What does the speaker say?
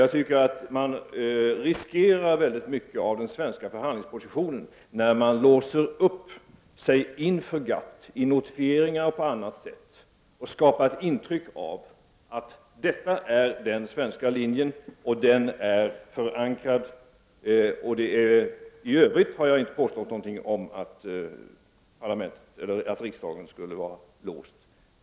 Jag tycker att man riskerar väldigt mycket av den svenska förhandlingspositionen när man inför GATT låser sig i notifieringar och på annat sätt och därmed skapar ett intryck av att detta är den svenska linjen och att den också är förankrad. I övrigt har jag inte påstått något om att riksdagen skulle vara låst.